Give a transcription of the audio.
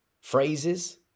phrases